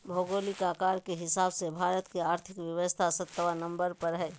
भौगोलिक आकार के हिसाब से भारत के और्थिक व्यवस्था सत्बा नंबर पर हइ